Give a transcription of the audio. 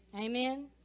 amen